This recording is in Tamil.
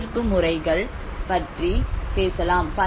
பங்கேற்பு முறைகள் பற்றி பேசலாம்